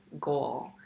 goal